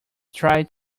try